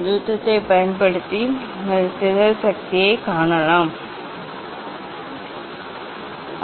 mu 1 2 ஆல் வகுக்கப்படுகிறது இந்த சூத்திரத்தைப் பயன்படுத்தி நீங்கள் சிதறல் சக்தியைக் காணலாம் மேலும் பொதுவாக இந்த சிதறல் சக்தி பொதுவாக நீங்கள் mu மதிப்பு பற்றி என்ன பார்க்கிறீர்கள்